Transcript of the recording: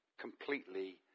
completely